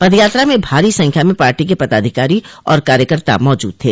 पद यात्रा में भारी संख्या में पार्टी के पदाधिकारी और कार्यकर्ता मौजूद थे